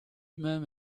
même